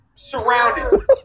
surrounded